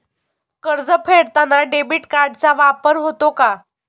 कर्ज फेडताना डेबिट कार्डचा वापर होतो का?